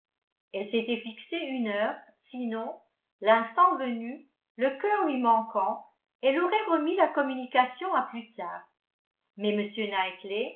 elle s'était fixé une heure sinon l'instant venu le cœur lui manquant elle aurait remis la communication à plus tard mais